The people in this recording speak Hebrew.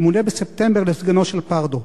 ימונה בספטמבר לסגנו של פרדו.